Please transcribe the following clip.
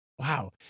Wow